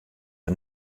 der